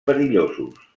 perillosos